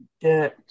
dirt